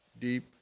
deep